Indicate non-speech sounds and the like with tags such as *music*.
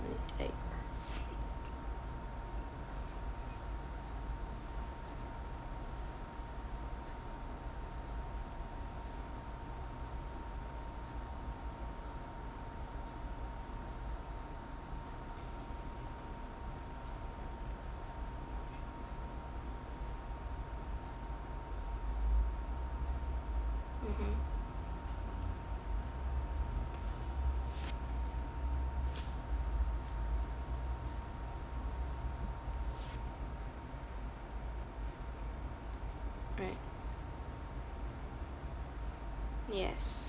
mm right *noise* mmhmm all right yes